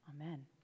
Amen